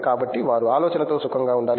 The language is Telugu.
కాబట్టి వారు ఆలోచనతో సుఖంగా ఉండాలి